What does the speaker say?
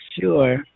sure